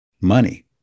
money